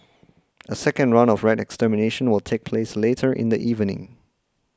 a second round of rat extermination will take place later in the evening